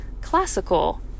classical